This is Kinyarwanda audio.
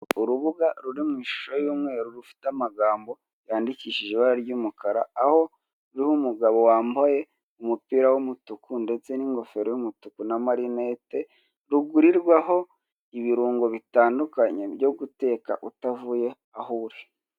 Urubuga ruri mu ishusho y'umweru rufite amagambo yandikishije ibara ry'umukara, aho ruriho umugabo wambaye umupira w'umutuku ndetse n'ingofero y'umutuku n'amarinete rugurirwaho ibirungo bitandukanye byo guteka utavuye aho uri.